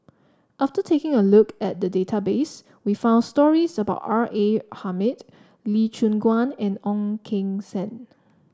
after taking a look at the database we found stories about R A Hamid Lee Choon Guan and Ong Keng Sen